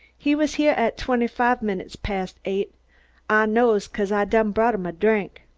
he was heah at twenty-fahv minutes past eight, ah knows, cause ah done brought him a drink.